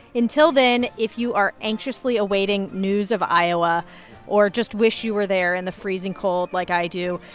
until then, if you are anxiously awaiting news of iowa or just wish you were there in the freezing cold like i do,